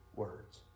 Words